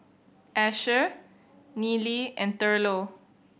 Asher Nealie and Thurlow